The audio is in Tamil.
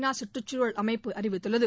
நா கற்றுச்சூழல் அமைப்பு அறிவித்துள்ளது